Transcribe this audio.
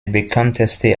bekannteste